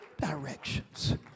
directions